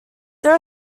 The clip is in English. there